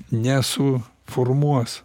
nesu formuos